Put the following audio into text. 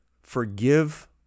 forgive